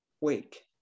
Wake